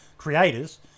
Creators